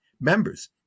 members